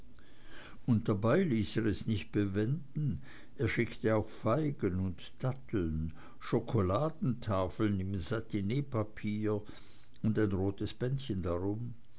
und dabei ließ er es nicht bewenden er schickte auch feigen und datteln schokoladentafeln in satineepapier und ein rotes bändchen drum